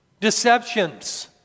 deceptions